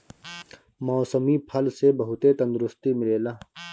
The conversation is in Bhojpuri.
मौसमी फल से बहुते तंदुरुस्ती मिलेला